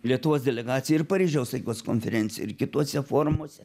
lietuvos delegacija ir paryžiaus taikos konferencijo ir kituose forumuose